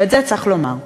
ואת זה צריך לומר.